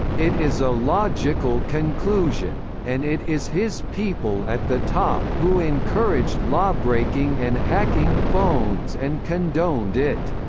it is a logical conclusion, and it is his people at the top who encouraged lawbreaking and hacking phones and condoned it.